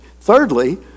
Thirdly